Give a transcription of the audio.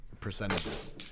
percentages